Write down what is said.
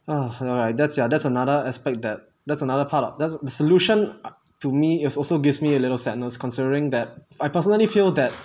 a'ah you right that's yeah that's another aspect that that's another part of the solution to me is also gives me a little sadness considering that I personally feel that